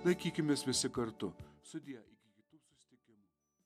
laikykimės visi kartu sudie iki kitų susitikimų